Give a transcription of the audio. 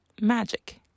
magic